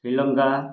Sri Lanka